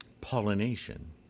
pollination